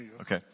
Okay